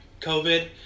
COVID